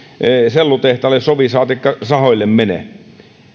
sellutehtaille sovi saatikka sahoille mene